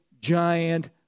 giant